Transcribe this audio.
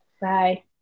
Bye